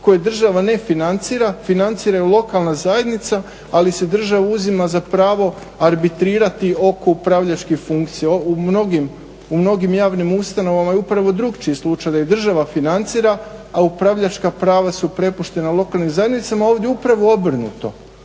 koja država ne financira, financira ju lokalna zajednica, ali si država uzima za pravo arbitrirati oko upravljačkih funkcija. U mnogim javnim ustanovama je upravo drugačiji slučaj, da država financira, a upravljačka prava su prepuštena lokalnim zajednicama, a ovdje upravo obrnuto,